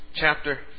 chapter